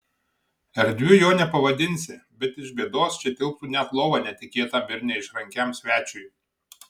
erdviu jo nepavadinsi bet iš bėdos čia tilptų net lova netikėtam ir neišrankiam svečiui